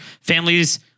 families